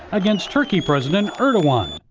against turkey president are the ones.